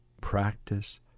practice